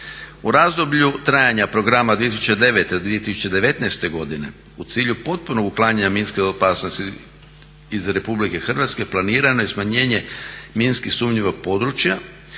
"U razdoblju trajanja programa 2009.-2019. godine u cilju potpunog uklanjanja minske opasnosti iz RH planirano je smanjenje minski sumnjivog područja